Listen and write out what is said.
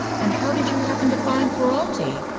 and how did you happen to find ferralti?